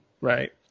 right